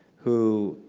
who,